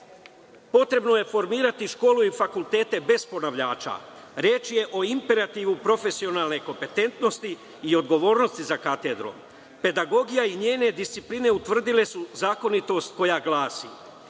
je formirati škole i fakultete bez ponavljača, reč je o imperativu profesionalne kompetentnosti i odgovornosti za katedrom. Pedagogija i njene discipline utvrdile su zakonitost koja glasi,